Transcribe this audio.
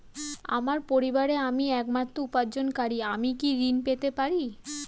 আমার পরিবারের আমি একমাত্র উপার্জনকারী আমি কি ঋণ পেতে পারি?